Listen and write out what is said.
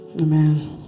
Amen